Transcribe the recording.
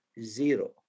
Zero